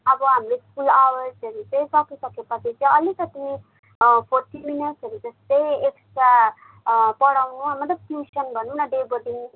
अब हाम्रो स्कुल आवर्सहरू चाहिँ सकिसकेपछि चाहिँ अलिकति फोर्ट्टी मिनटहरू जस्तै एक्स्ट्रा पढाउनु मतलब ट्युसन भनौँ न